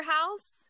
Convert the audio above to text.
House